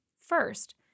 First